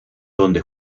donde